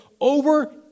over